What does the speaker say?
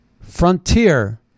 Frontier